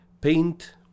paint